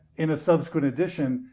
in a subsequent edition,